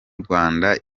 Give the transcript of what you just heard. rwanda